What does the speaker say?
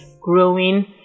growing